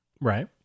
Right